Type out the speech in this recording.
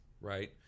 Right